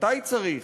מתי צריך?